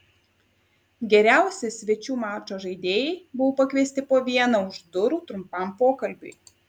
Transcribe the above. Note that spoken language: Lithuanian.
geriausi svečių mačo žaidėjai buvo pakviesti po vieną už durų trumpam pokalbiui